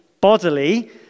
bodily